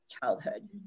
childhood